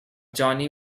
johnny